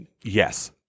Yes